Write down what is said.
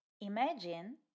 Imagine